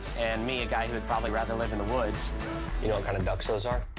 and me, a guy who would probably rather live in the woods. you know what kind of ducks those are?